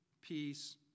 peace